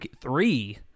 three